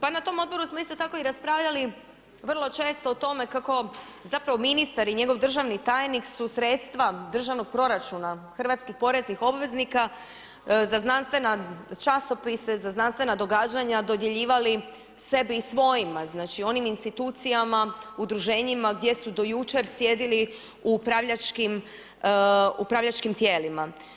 Pa na tom Odboru smo isto tako i raspravljali vrlo često o tome kako zapravo ministar i njegov državni tajnik su sredstva državnog proračuna hrvatskih poreznih obveznika za znanstvene časopise, za znanstvena događanja dodjeljivali sebi i svojima, znači onim institucijama, udruženjima gdje su do jučer sjedili u upravljačkim tijelima.